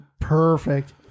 perfect